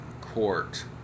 Court